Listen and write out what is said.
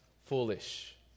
foolish